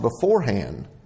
beforehand